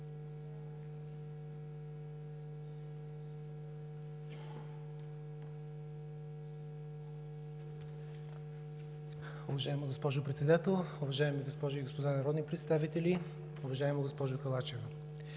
Уважаема госпожо Председател, уважаеми госпожи и господа народни представители! Уважаема госпожо Халачева,